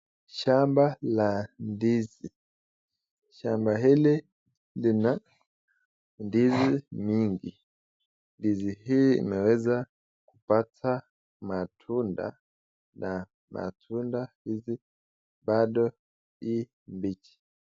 Shamba la ndizi. Shamba hili lina ndizi mingi, ndizi hii inaweza pata matunda na matunda hii bado ni mbichi.